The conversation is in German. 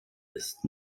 ist